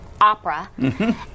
opera